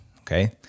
okay